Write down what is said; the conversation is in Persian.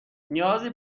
نیازی